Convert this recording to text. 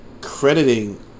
crediting